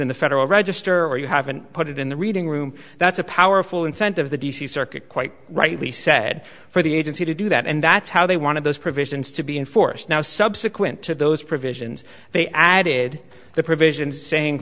in the federal register or you haven't put it in the reading room that's a powerful incentive the d c circuit quite rightly said for the agency to do that and that's how they wanted those provisions to be enforced now subsequent to those provisions they added the provisions saying